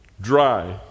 dry